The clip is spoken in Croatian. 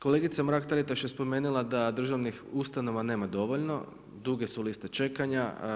Kolegica Mrak Taritaš je spomenula da državnih ustanova nema dovoljno, duge su liste čekanja.